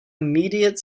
immediate